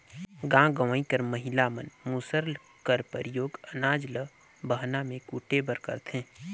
गाँव गंवई कर महिला मन मूसर कर परियोग अनाज ल बहना मे कूटे बर करथे